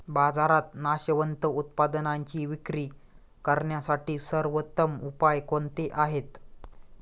बाजारात नाशवंत उत्पादनांची विक्री करण्यासाठी सर्वोत्तम उपाय कोणते आहेत?